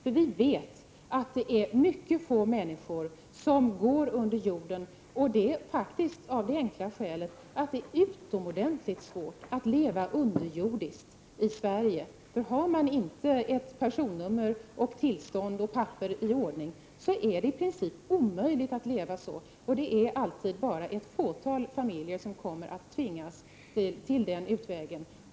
Vi vet nämligen att det är mycket få människor som går under jorden, av det enkla skälet att det är utomordentligt svårt att leva underjordiskt i Sverige. Har man inte ett personnummer, ett uppehållstillstånd och papper som är i ordning, är det i princip omöjligt att leva här. Det kommer alltid att vara bara ett fåtal familjer som tvingas till den utvägen.